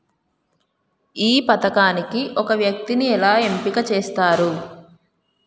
ఈ పథకానికి ఒక వ్యక్తిని ఎలా ఎంపిక చేస్తారు?